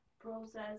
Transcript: process